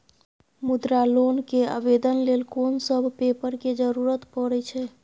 मुद्रा लोन के आवेदन लेल कोन सब पेपर के जरूरत परै छै?